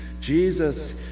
Jesus